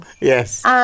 Yes